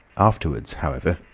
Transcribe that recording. afterwards, however,